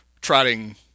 trotting